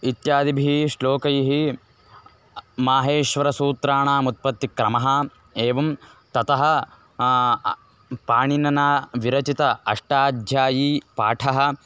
इत्यादिभिः श्लोकैः माहेश्वरसूत्राणाम् उत्पत्तिक्रमः एवं ततः पाणिनिना विरचितः अष्टाध्यायीपाठः